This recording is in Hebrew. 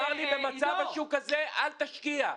במצב השוק הזה אל תשקיע.